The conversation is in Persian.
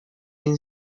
این